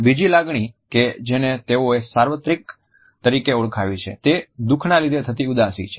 બીજી લાગણી કે જેને તેઓએ સાર્વત્રિક તરીકે ઓળખાવી છે તે દુઃખના લીધે થતી ઉદાસી છે